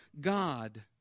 God